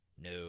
No